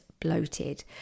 bloated